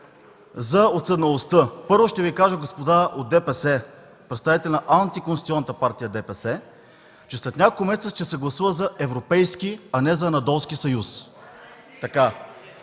за уседналостта. Първо, ще Ви кажа господа от ДПС – представители на антиконституционната партия ДПС, че след няколко месеца ще се гласува за европейски, а не за анадолски съюз.